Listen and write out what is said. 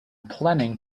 planning